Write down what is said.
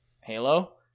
Halo